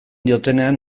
diotenean